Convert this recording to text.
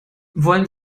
wollen